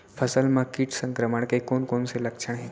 फसल म किट संक्रमण के कोन कोन से लक्षण हे?